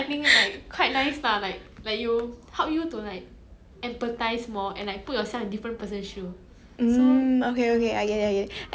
mm okay okay I get it I get it and like recently I started like not not very recently but I I think somewhere around the start of this year I started watching like those